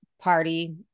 party